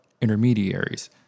intermediaries